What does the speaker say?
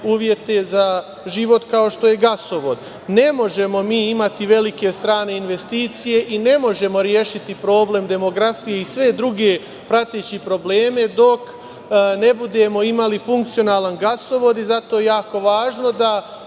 uslove za život, kao što je gasovod. Ne možemo mi imati velike strane investicije i ne možemo rešiti problem demografije i sve druge prateće probleme dok ne budemo imali funkcionalan gasovod i zato je jako važno da